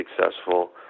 successful